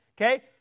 Okay